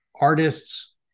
Artists